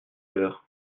l’heure